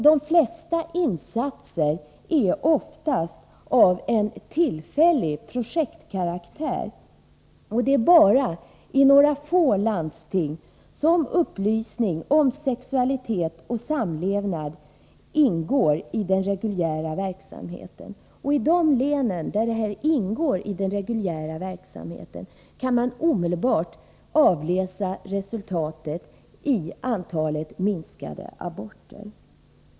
De flesta insatserna är av en tillfällig projektkaraktär, och det är bara i några få landsting som upplysning om sexualitet och samlevnad ingår i den reguljära verksamheten. I de län där detta ingår i den reguljära verksamheten kan man omedelbart avläsa resultatet i minskat antal aborter.